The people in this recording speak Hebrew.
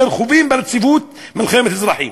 אשר חווים ברציפות מלחמת אזרחים.